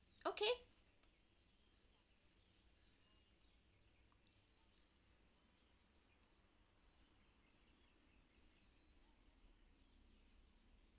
okay